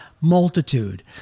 multitude